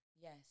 Yes